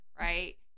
right